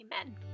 Amen